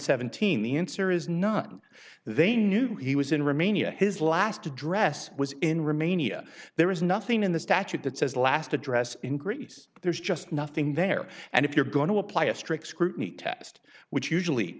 seventeen the answer is not they knew he was in romania his last address was in remaining there is nothing in the statute that says last address in greece there's just nothing there and if you're going to apply a strict scrutiny test which usually